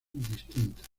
distintas